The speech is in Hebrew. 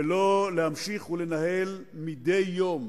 ולא להמשיך לנייד מדי יום